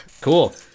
Cool